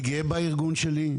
אני גאה בארגון שלי,